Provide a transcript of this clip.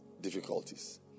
difficulties